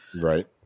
Right